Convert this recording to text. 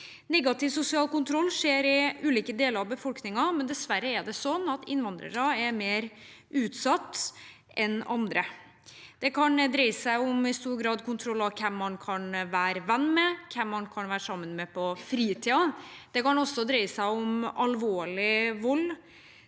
Negativ sosial kontroll skjer i ulike deler av befolkningen, men dessverre er det sånn at innvandrere er mer utsatt enn andre. Det kan i stor grad dreie seg om kontroll av hvem man kan være venn med, eller hvem man kan være sammen med på fritiden. Det kan også dreie seg om alvorlig vold,